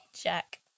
Jack